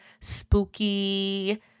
spooky